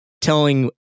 telling